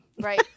Right